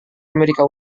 amerika